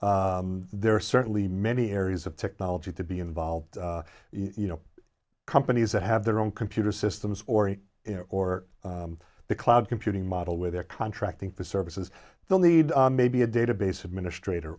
there are certainly many areas of technology to be involved you know companies that have their own computer systems or or the cloud computing model where they're contracting for services they'll need maybe a database administrator